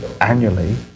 annually